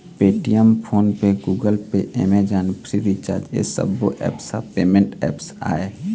Paytm, PhonePe, Google Pay, Amazon, Freecharge ए सब्बो apps ह पेमेंट ऐप्स आय